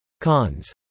Cons